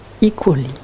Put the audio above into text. equally